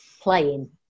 playing